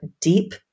deep